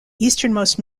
easternmost